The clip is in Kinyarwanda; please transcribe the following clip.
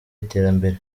iterambere